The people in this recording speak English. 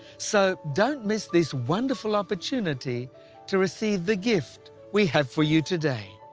so, don't miss this wonderful opportunity to receive the gift we have for you today.